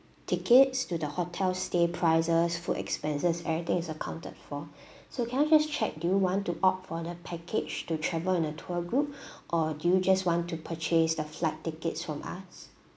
tickets to the hotel stay prices food expenses everything is accounted for so can I just check do you want to opt for the package to travel in a tour group or do you just want to purchase the flight tickets from us